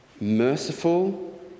Merciful